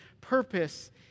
purpose